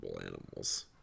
animals